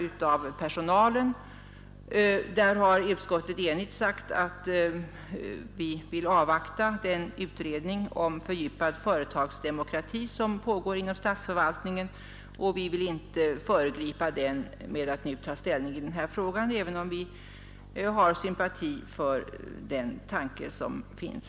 Utskottsledamöterna har i den frågan enhälligt förklarat att vi vill avvakta den utredning om fördjupad företagsdemokrati som pågår inom statsförvaltningen, och vi vill inte föregripa den med att nu ta ställning i denna fråga även om vi har sympati för tanken som sådan.